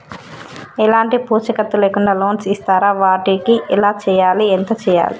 ఎలాంటి పూచీకత్తు లేకుండా లోన్స్ ఇస్తారా వాటికి ఎలా చేయాలి ఎంత చేయాలి?